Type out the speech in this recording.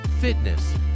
fitness